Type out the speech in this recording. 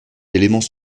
éléments